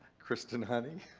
kristen honey.